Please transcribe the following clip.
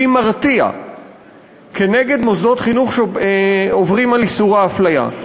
כלי מרתיע נגד מוסדות חינוך שעוברים על איסור ההפליה.